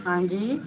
हंजी